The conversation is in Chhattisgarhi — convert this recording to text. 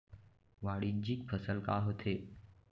वाणिज्यिक फसल का होथे?